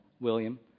William